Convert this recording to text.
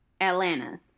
Atlanta